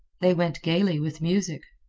they went gayly with music.